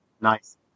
nice